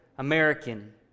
American